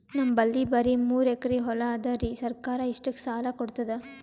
ನಮ್ ಬಲ್ಲಿ ಬರಿ ಮೂರೆಕರಿ ಹೊಲಾ ಅದರಿ, ಸರ್ಕಾರ ಇಷ್ಟಕ್ಕ ಸಾಲಾ ಕೊಡತದಾ?